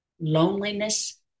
loneliness